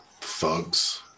thugs